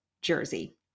Jersey